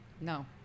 no